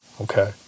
Okay